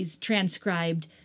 transcribed